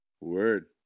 Word